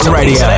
radio